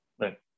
Right